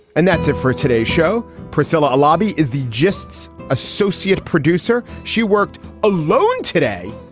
and that's it for today's show. priscilla lobby is the justs associate producer. she worked alone today.